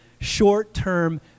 short-term